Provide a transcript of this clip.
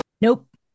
Nope